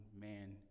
man